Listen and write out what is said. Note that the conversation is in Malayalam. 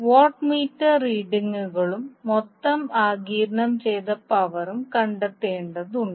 വാട്ട് മീറ്റർ റീഡിംഗുകളും മൊത്തം ആഗിരണം ചെയ്ത പവറും കണ്ടെത്തേണ്ടതുണ്ട്